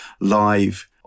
live